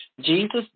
Jesus